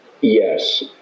Yes